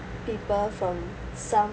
people from some